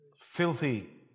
filthy